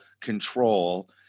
control